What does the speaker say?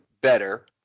better